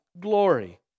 glory